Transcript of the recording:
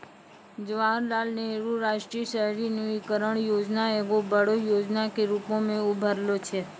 जवाहरलाल नेहरू राष्ट्रीय शहरी नवीकरण योजना एगो बड़ो योजना के रुपो मे उभरलो छै